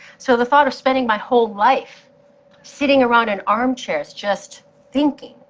so the thought of spending my whole life sitting around in armchairs just thinking.